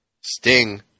Sting